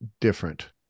different